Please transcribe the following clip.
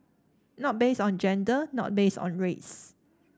not based on gender not based on race